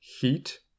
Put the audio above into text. heat